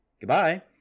Goodbye